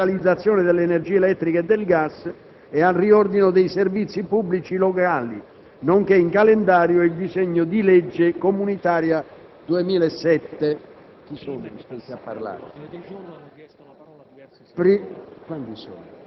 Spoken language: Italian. i disegni di legge relativi alla liberalizzazione dell'energia elettrica e del gas, al riordino dei servizi pubblici locali, nonché il disegno di legge comunitaria 2007.